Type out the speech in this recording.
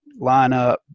lineup